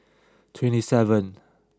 twenty seven